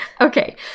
okay